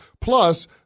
Plus